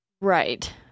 Right